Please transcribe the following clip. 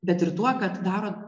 bet ir tuo kad daro